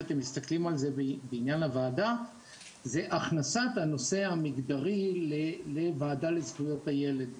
זה הכנסת הנושא המגדרי לוועדה לזכויות הילד.